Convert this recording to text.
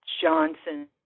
Johnson